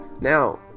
now